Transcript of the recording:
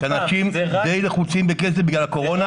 אנשים די לחוצים בכסף בגלל הקורונה.